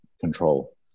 control